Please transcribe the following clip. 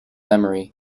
emery